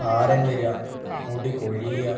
താരൻ വരിക മുടി കൊഴിയുക